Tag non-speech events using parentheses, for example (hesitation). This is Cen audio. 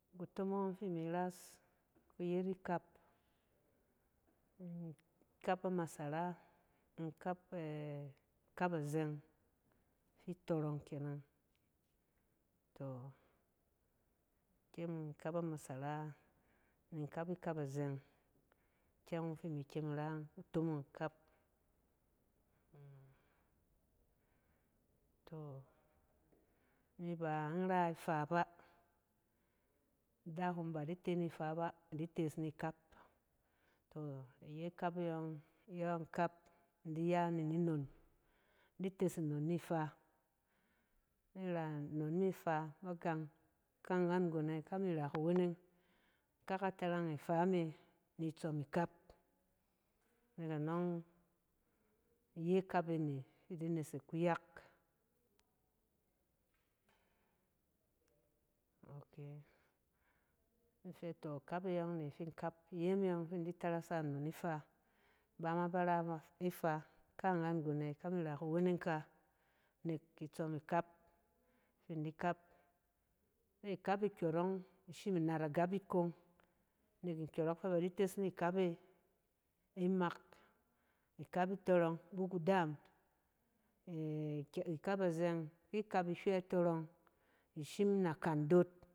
Kutomong ↄng fi imi ras, kuyet ikap. In kap a masera, in kap ɛ-ikap azɛng ifi tↄrↄng keneng. Tↄ in kyem in kappa masara ni in kap ikap a zɛng. ikyɛng ↄng fi imi kyem in ra yↄng kutomong ikap (hesitation) tↄ, imi ba in ra ifaa ba, ada hom ba di te ni faa ba, adi tees nikap. Tↄ iye ikap e yↄng, iyↄng in kap in di ya ni ninnon in di tes nnon nifaa. In ra, nnon ni faa ba gang, kaangang nggon ɛkami ra kuweneng. In kaka torang ifaa me ni tsↄm ikap. Nek anↄng, iye ikap e ne fi idi nesek kuyak. Ok, in fɛ tↄ ikap e yↄng ne fin kap-iye me yↄng fin di tarasa nnon ifaa. Iba ma bar a ifa, kaangan nggon ɛ kami ra kuweneng ka nek ki tsↄm ikap fi in di kap, se ikap e kyↄrↄng ishim nat agap yit kong nek nkyↄrↄk fɛ ba di tes ni kap e imak. Ikap itↄrↄng bi kudaam, ɛ-k-ikap azɛng ki ikap ihywɛ itↄrↄng ishim nakan dot.